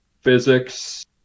physics